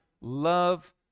love